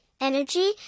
energy